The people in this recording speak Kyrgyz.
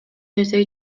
нерсе